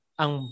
ang